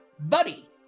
buddy